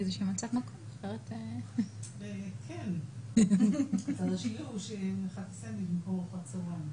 12% מאזרחים ערבים אין להם חשבונות בנק בכלל.